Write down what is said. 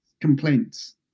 Complaints